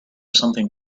something